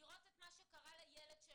לראות את מה שקרה לילד שלו.